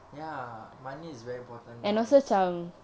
ya money is very important now